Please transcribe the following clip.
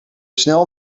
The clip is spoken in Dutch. snel